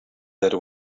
that